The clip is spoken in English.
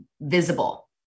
visible